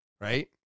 right